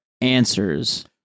answers